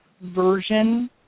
version